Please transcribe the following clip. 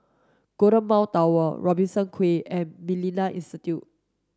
Golden Mile Tower Robertson Quay and Millennia Institute